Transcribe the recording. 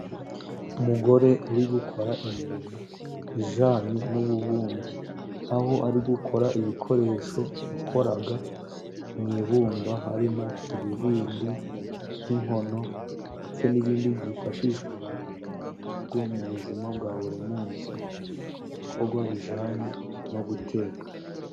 Umugore uri gukora imirimo ijyananye n'ububumbyi. Aho ari gukora ibikoresho bakora mu ibumba harimo ibibindi, inkono ndetse n'ibindi byifashishwa mu rugo mu buzima bwa buri munsi mu bikorwa bijyananye no guteka.